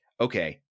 okay